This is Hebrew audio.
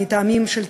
מטעמים של תרבות,